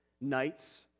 nights